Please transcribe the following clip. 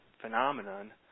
phenomenon